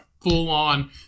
full-on